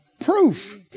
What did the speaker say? proof